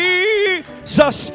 Jesus